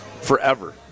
forever